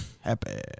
Happy